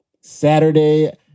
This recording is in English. Saturday